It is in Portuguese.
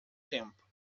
tempo